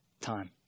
time